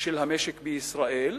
של המשק בישראל